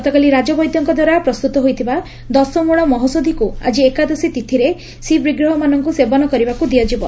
ଗତକାଲି ରାଜବୈଦ୍ୟଙ୍କଦ୍ୱାରା ପ୍ରସ୍ତତ ହୋଇଥିବା ଦଶମ୍ମଳ ମହୋଷଧକ୍ ଆକି ଏକାଦଶୀ ତିଥିରେ ଶ୍ରୀବିଗ୍ରହମାନଙ୍କ ସେବନ କରିବାକ ଦିଆଯିବ